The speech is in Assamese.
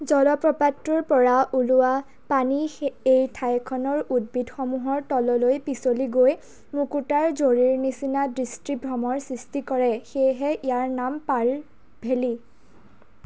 জলপ্ৰপাতটোৰ পৰা ওলোৱা পানী এই ঠাইখনৰ উদ্ভিদসমূহৰ তললৈ পিছলি গৈ মুকুতাৰ জৰীৰ নিচিনা দৃষ্টিভ্ৰমৰ সৃষ্টি কৰে সেয়েহে ইয়াৰ নাম পাৰ্ল ভেলী